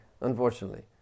unfortunately